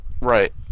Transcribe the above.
Right